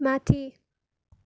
माथि